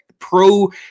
Pro